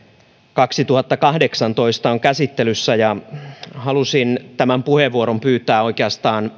kaksituhattakahdeksantoista on käsittelyssä ja halusin tämän puheenvuoron pyytää oikeastaan